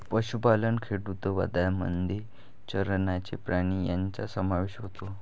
पशुपालन खेडूतवादामध्ये चरणारे प्राणी यांचा समावेश होतो